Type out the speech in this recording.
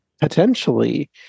potentially